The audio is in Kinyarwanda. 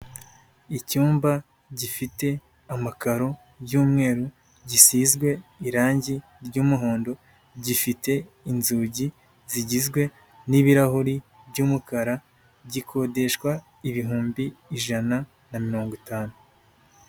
Icyumba gifite amakaro y'umweru, gisizwe irangi ry'umuhondo, gifite inzugi zigizwe n'ibirahuri by'umukara, gikodeshwa ibihumbi ijana na mirongo itanu.